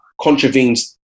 contravenes